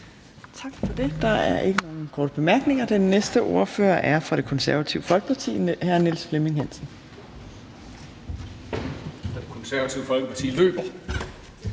Tak for det. Der er ikke nogen korte bemærkninger. Den næste ordfører er fra Det Konservative Folkeparti, og det er hr. Niels Flemming Hansen.